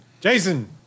Jason